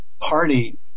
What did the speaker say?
party